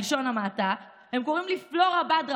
בלשון המעטה: הם קוראים פלורה בדרה